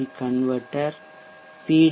C converter B